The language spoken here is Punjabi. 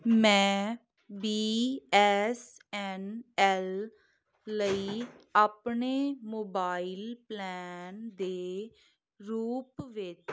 ਮੈਂ ਬੀ ਐੱਸ ਐੱਨ ਐੱਲ ਲਈ ਆਪਣੇ ਮੋਬਾਈਲ ਪਲੈਨ ਦੇ ਰੂਪ ਵਿੱਚ